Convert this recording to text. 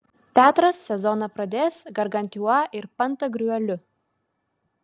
teatras sezoną pradės gargantiua ir pantagriueliu